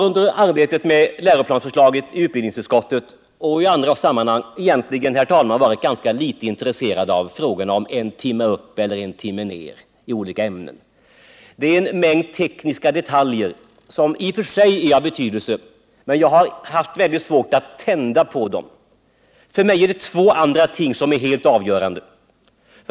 Under arbetet med läroplansförslaget i utbildningsutskottet och i andra sammanhang har jag, herr talman, egentligen varit föga intresserad av om det eller det ämnet skall ha en timme mer eller mindre. Det är tekniska detaljer som i och för sig är av betydelse, men jag har haft väldigt svårt att ”tända” på dem. För mig är två andra ting helt avgörande.